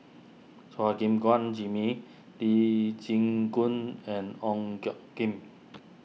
Chua Gim Guan Jimmy Lee Chin Koon and Ong Tjoe Kim